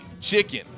chicken